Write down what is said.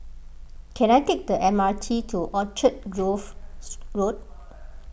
can I take the M R T to Grove Road